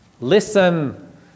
Listen